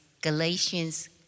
Galatians